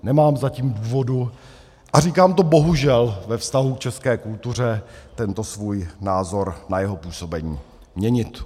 Nemám zatím důvod, a říkám to bohužel ve vztahu k české kultuře, tento svůj názor na jeho působení měnit.